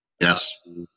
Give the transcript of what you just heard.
yes